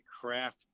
craft